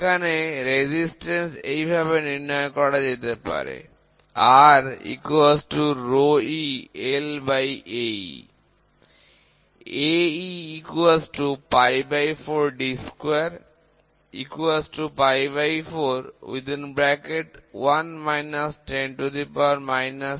এখানে প্রতিরোধের মান এইভাবে নির্ণয় করা যেতে পারে R eLAc Ac 4D2 41×10 327